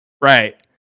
Right